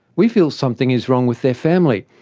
we feel something is wrong with their family,